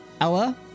Ella